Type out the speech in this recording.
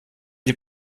die